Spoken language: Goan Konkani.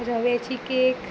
रव्याची केक